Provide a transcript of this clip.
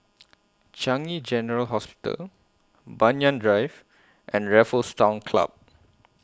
Changi General Hospital Banyan Drive and Raffles Town Club